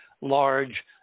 large